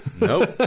Nope